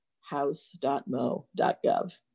house.mo.gov